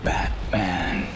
Batman